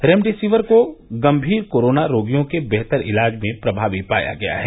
remdesivir को गंभीर corona रोगियों के बेहतर इलाज में प्रभावी पाया गया है